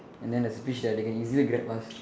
and then there's a fish there they can easily grab us